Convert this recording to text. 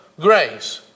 grace